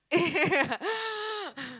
eh